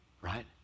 right